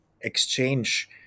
exchange